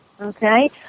okay